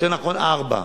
יותר נכון ארבע.